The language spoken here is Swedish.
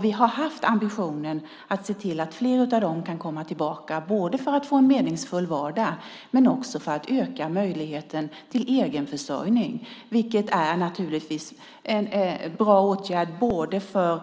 Vi har haft ambitionen att se till att fler av dem kan komma tillbaka både för att få en meningsfull vardag och för att öka möjligheten till egenförsörjning, vilket naturligtvis är en bra åtgärd både för